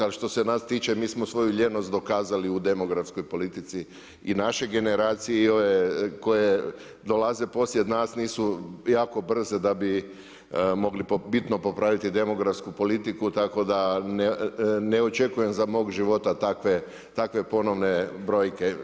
Ali što se nas tiče mi smo svoju lijenost dokazali u demografskoj politici i naše generacije koje dolaze poslije nas nisu jako brze da bi mogle bitno popraviti demografsku politiku tako da ne očekujem za mog života takve ponovne brojke.